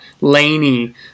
Laney